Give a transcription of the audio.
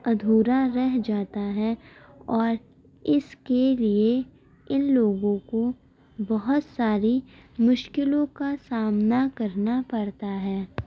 ادھورا رہ جاتا ہے اور اس کے لیے ان لوگوں کو بہت ساری مشکلوں کا سامنا کرنا پڑتا ہے